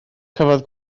cafodd